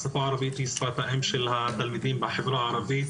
השפה הערבית היא שפת האם של התלמידים בחברה הערבית